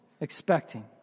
Expecting